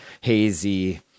hazy